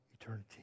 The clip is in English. eternity